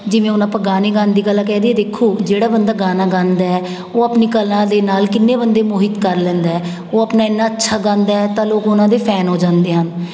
ਜਿਵੇਂ ਹੁਣ ਆਪਾਂ ਗਾਣੇ ਗਾਉਣ ਦੀ ਕਲਾ ਕਹਿ ਦੀਏ ਦੇਖੋ ਜਿਹੜਾ ਬੰਦਾ ਗਾਣਾ ਗਾਉਂਦਾ ਉਹ ਆਪਣੀ ਕਲਾ ਦੇ ਨਾਲ ਕਿੰਨੇ ਬੰਦੇ ਮੋਹਿਤ ਕਰਦ ਲੈਂਦਾ ਓਹ ਆਪਣਾ ਇੰਨਾਂ ਅੱਛਾ ਗਾਉਂਦਾ ਤਾਂ ਲੋਕ ਓਹਨਾਂ ਦੇ ਫੈਨ ਹੋ ਜਾਂਦੇ ਹਨ